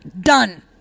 Done